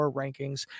rankings